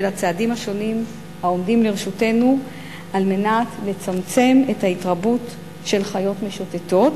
הצעדים השונים העומדים לרשותנו על מנת לצמצם את ההתרבות של חיות משוטטות,